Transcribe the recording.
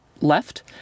left